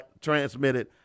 transmitted